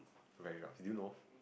very rough do you know